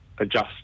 adjust